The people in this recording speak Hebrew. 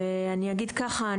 ואני אגיד ככה,